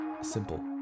simple